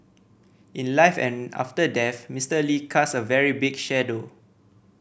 in life and after death Mister Lee casts a very big shadow